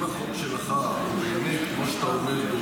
אם החוק שלך הוא באמת כמו שאתה אומר,